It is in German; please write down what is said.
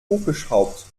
hochgeschraubt